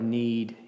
need